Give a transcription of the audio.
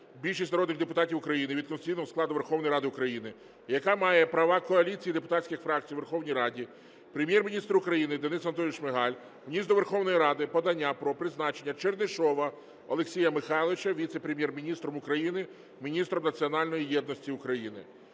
більшість народних депутатів України від конституційного складу Верховної Ради України, яка має права коаліції депутатських фракцій у Верховній Раді, Прем'єр-міністр України Денис Анатолійович Шмигаль вніс до Верховної Ради подання про призначення Чернишова Олексія Михайловича Віце-прем'єр-міністром України – Міністром національної єдності України.